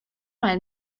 mal